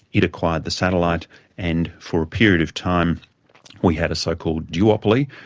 it acquired the satellite and for a period of time we had a so-called duopoly,